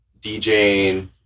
DJing